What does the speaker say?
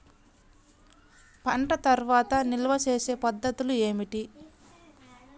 పంట తర్వాత నిల్వ చేసే పద్ధతులు ఏమిటి?